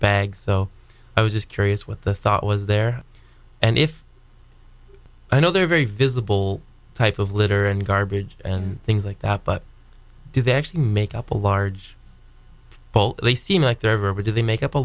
bag so i was just curious what the thought was there and if i know they're very visible type of litter and garbage and things like that but do they actually make up a large bowl they seem like they're ever do they make up a